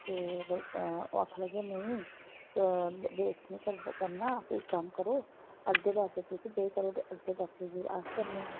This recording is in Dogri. ते अगर ओह् आखन लगे नेईं वेस्ट नी करदे करना ते इक कम्म करो अद्धे पैसे तुस पे करो ते अद्धे पैसे फ्ही अस करने आं